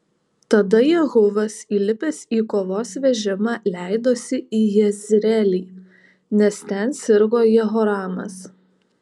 tada jehuvas įlipęs į kovos vežimą leidosi į jezreelį nes ten sirgo jehoramas